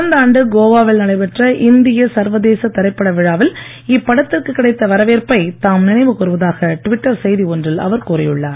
கடந்த ஆண்டு கோவாவில் நடைபெற்ற இந்திய சர்வதேச திரைப்பட விழாவில் இப்படத்திற்கு கிடைத்த வரவேற்பை தாம் நினைவு கூர்வதாக டுவிட்டர் செய்தி ஒன்றில் அவர் கூறி உள்ளார்